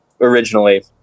originally